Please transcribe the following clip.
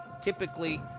typically